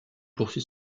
poursuit